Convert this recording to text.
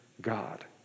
God